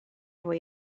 fwy